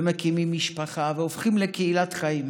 ומקימים משפחה, והופכים לקהילת חיים,